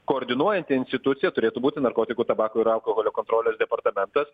koordinuojanti institucija turėtų būti narkotikų tabako ir alkoholio kontrolės departamentas